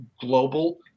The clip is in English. global